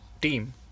team